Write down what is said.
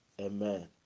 amen